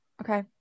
okay